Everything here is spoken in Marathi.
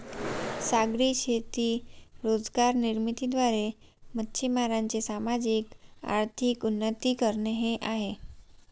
सागरी शेती रोजगार निर्मिती द्वारे, मच्छीमारांचे सामाजिक, आर्थिक उन्नती करणे हे आहे